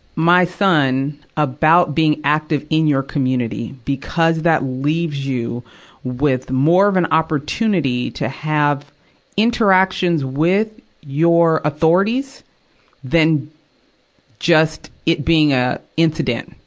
my son about being active in your community, because that leaves you with more of an opportunity to have interactions with your authorities than just it being a incident,